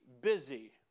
busy